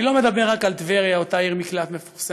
אני לא מדבר רק על טבריה, אותה עיר מקלט מפורסמת,